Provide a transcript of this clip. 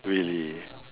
really